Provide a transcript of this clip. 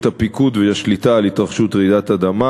הפיקוד והשליטה על התרחשות רעידת אדמה.